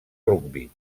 rugbi